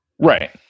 right